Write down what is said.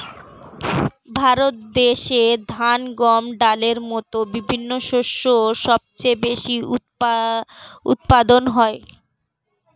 ভারত দেশে ধান, গম, ডালের মতো বিভিন্ন শস্য সবচেয়ে বেশি উৎপাদন হয়